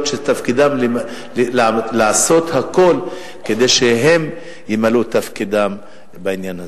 שתפקידן לעשות הכול כדי שהם ימלאו את תפקידם בעניין הזה.